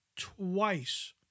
twice